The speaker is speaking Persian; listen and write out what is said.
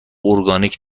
اورگانیک